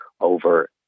over